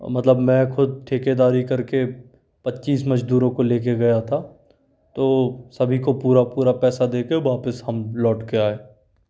मतलब मैं खुद ठेकेदारी कर के पच्चीस मजदूरों को ले के गया था तो सभी को पूरा पूरा पैसा दे के वापस हम लौट के आए